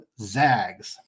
Zags